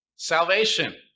salvation